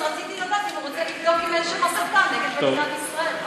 אז רציתי לשאול אם הוא רוצה לבדוק אם אין שם הסתה נגד מדינת ישראל.